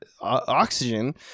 oxygen